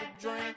drink